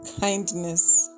Kindness